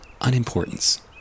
unimportance